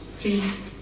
Please